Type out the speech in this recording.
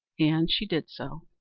and she did so.